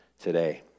today